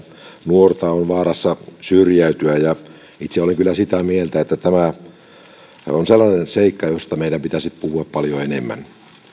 nuorta on vaarassa syrjäytyä itse olen kyllä sitä mieltä että tämä on sellainen seikka josta meidän pitäisi puhua paljon enemmän